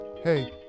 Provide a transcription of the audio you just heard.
Hey